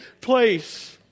place